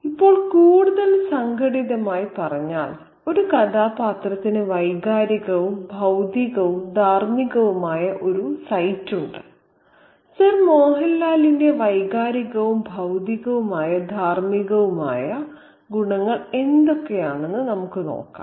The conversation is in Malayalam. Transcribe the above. ഇപ്പോൾ കൂടുതൽ സംഘടിതമായി പറഞ്ഞാൽ ഒരു കഥാപാത്രത്തിന് വൈകാരികവും ബൌദ്ധികവും ധാർമ്മികവുമായ ഒരു സൈറ്റുണ്ട് സർ മോഹൻ ലാലിന്റെ വൈകാരികവും ബൌദ്ധികവും ധാർമ്മികവുമായ ഗുണങ്ങൾ എന്തൊക്കെയാണെന്ന് നോക്കാം